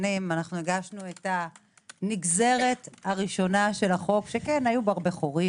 הגשנו את הנגזרת הראשונה של החוק שהיו בה הרבה חורים,